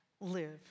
live